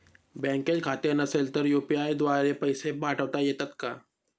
बँकेत खाते नसेल तर यू.पी.आय द्वारे पैसे पाठवता येतात का?